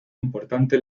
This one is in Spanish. importante